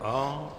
Ano?